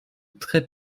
très